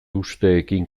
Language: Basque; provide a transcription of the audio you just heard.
usteekin